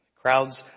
Crowds